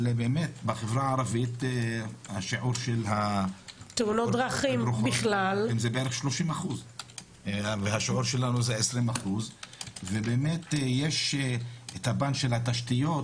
בחברה הערבית שיעור התאונות זה בין 30%. יש את הפן של התשתיות